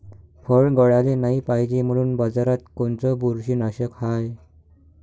फळं गळाले नाही पायजे म्हनून बाजारात कोनचं बुरशीनाशक हाय?